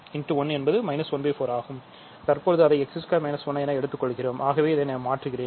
தற்போது அதை x2 1 என எடுத்துக்கொள்கிறோம் ஆகவே அதை நான் மாற்றுகிறேன்